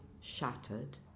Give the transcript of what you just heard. shattered